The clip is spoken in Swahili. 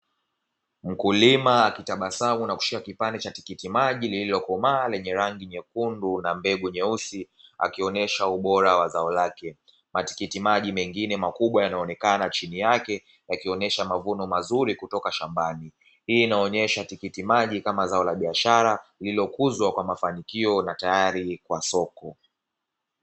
Mkulima akitabasamu na kushika kipande cha tikitimaji lililo komaa lenye rangi nyekundu na mbegu nyeusi, akionyesha ubora wa zao lake. Matikitimaji mengine makubwa yanaonekana chini yake yakionyesha mavuno mazuri kutoka shambani. Hii inaonyesha tikitimaji kama zao la biashara lililokuzwa kwa mafanikio tayari kwa soko.